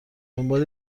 دنبال